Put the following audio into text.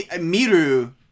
miru